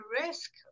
risk